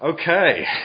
Okay